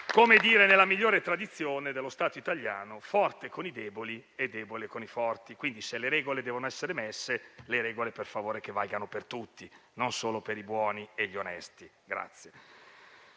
Come nella migliore tradizione dello Stato italiano, si è forti con i deboli e deboli con i forti. Quindi, se le regole devono essere messe, per favore valgano per tutti, e non solo per i buoni e gli onesti. Forse